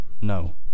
no